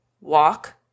walk